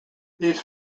these